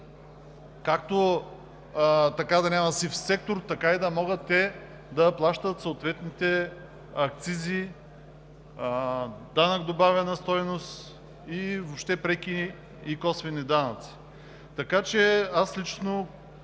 както да няма сив сектор, така и да могат те да плащат съответните акцизи, данък добавена стойност, въобще преки и косвени данъци. Смятам, че тази